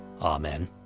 Amen